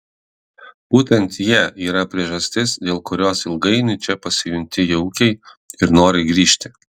būtent jie yra priežastis dėl kurios ilgainiui čia pasijunti jaukiai ir nori grįžti